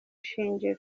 ishingiro